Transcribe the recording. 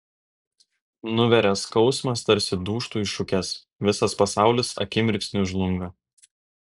nuveria skausmas tarsi dūžtu į šukes visas pasaulis akimirksniu žlunga